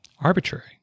arbitrary